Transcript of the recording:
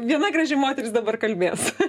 viena graži moteris dabar kalbės